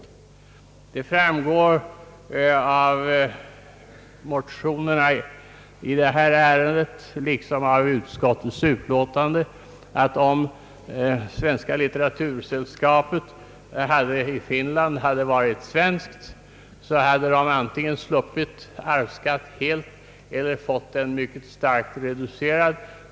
Det framgår av motionerna, liksom av utskottets utlåtande, att om Svenska litteratursällskapet i Finland varit en svensk juridisk person, så hade sällskapet antingen sluppit arvsskatt eller fått arvsskatten kraftigt reducerad.